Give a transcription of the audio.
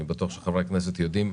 אני בטוח שחברי הכנסת יודעים,